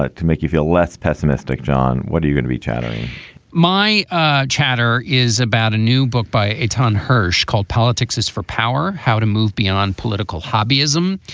ah to make you feel less pessimistic. john. what are you going to be? chattering my ah chatter is about a new book by a ton hirsch called politics for power how to move beyond political hobby ism.